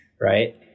right